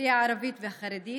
האוכלוסייה הערבית והחרדית,